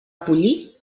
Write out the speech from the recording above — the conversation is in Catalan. pollí